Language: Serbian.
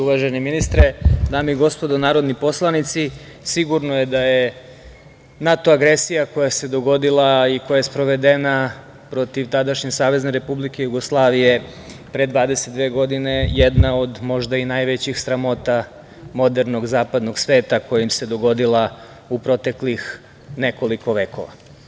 Uvaženi ministre, dame i gospodo narodni poslanici, sigurno je da je NATO agresija koja se dogodila i koja je sprovedena protiv tadašnje SRJ pre 22 godine jedna od možda i najvećih sramota modernog zapadnog sveta koja im se dogodila u proteklih nekoliko vekova.